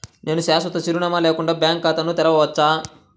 నేను శాశ్వత చిరునామా లేకుండా బ్యాంక్ ఖాతా తెరవచ్చా?